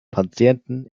patienten